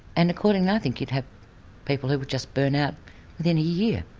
and accordingly i think you'd have people who would just burn out within a year.